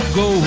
go